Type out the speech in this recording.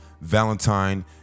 Valentine